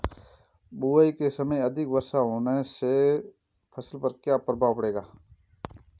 बुआई के समय अधिक वर्षा होने से फसल पर क्या क्या प्रभाव पड़ेगा?